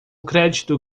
crédito